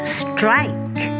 strike